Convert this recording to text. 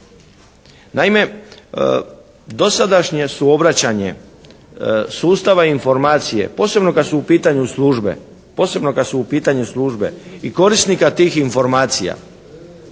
Naime, dosadašnje suobraćanje sustava informacije, posebno kad su u pitanju službe, posebno kad su u pitanju